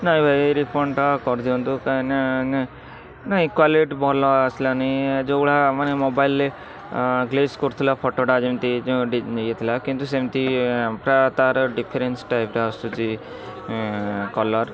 ନାହିଁ ଭାଇ ରିଫଣ୍ଡଟା କରି ଦିଅନ୍ତୁ କାହିଁକି ନା ନା ନାହିଁ କ୍ୱାଲିଟି ଭଲ ଆସିଲାନି ଯେଉଁଗୁଡ଼ା ମାନେ ମୋବାଇଲ୍ରେ ଗ୍ଲେଜ କରୁଥିଲା ଫଟୋଟା ଯେମିତି ଯେଉଁ ଇଏ ଥିଲା କିନ୍ତୁ ସେମିତି ପ୍ରାୟ ତାର ଡିଫରେନ୍ସ ଟାଇପ୍ର ଆସୁଛି କଲର୍